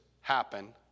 happen